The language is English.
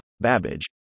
Babbage